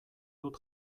dut